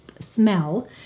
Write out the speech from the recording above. smell